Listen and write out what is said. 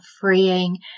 freeing